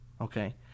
Okay